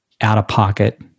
out-of-pocket